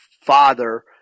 father